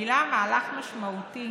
מובילה מהלך משמעותי